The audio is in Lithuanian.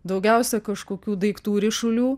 daugiausia kažkokių daiktų ryšulių